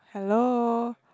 hello